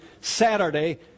Saturday